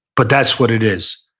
but that's what it is.